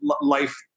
life